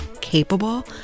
capable